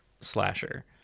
slasher